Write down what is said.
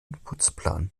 putzplan